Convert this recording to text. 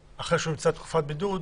אחרי שהוא נמצא בתקופת בידוד,